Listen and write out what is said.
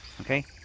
Okay